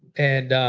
and